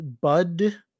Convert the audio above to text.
Bud